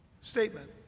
statement